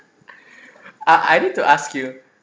I need to ask you